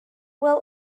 well